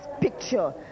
picture